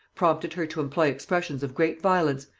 prompted her to employ expressions of great violence,